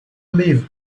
live